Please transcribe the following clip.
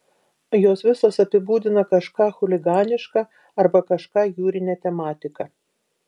jos visos apibūdina kažką chuliganiška arba kažką jūrine tematika